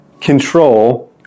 control